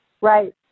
Right